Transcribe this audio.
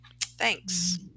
thanks